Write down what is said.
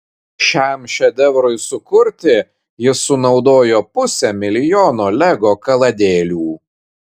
šiam šedevrui sukurti jis sunaudojo pusę milijono lego kaladėlių